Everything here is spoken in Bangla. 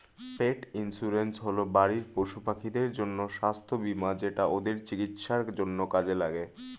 পেট ইন্সুরেন্স হল বাড়ির পশুপাখিদের জন্য স্বাস্থ্য বীমা যেটা ওদের চিকিৎসার জন্য কাজে লাগে